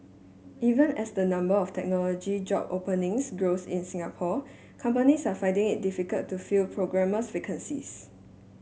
even as the number of technology job openings grows in Singapore companies are finding it difficult to fill programmers vacancies